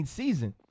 season